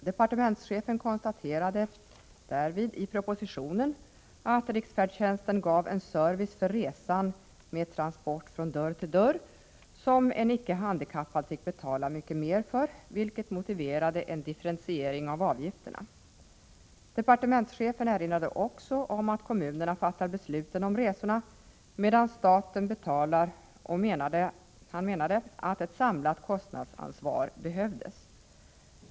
Departementschefen konstaterade i propositionen att riksfärdtjänsten gav en service för resan — med transport från dörr till dörr — som en icke handikappad fick betala mer för, vilket motiverade en differentiering av avgifterna. Departementschefen erinrade också om att kommunerna fattar besluten om resorna medan staten betalar, och han menade att ett samlat kostnadsansvar behövdes.